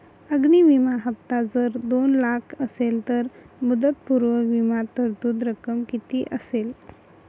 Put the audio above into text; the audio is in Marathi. अग्नि विमा हफ्ता जर दोन लाख असेल तर मुदतपूर्व विमा तरतूद रक्कम किती असेल?